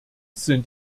sind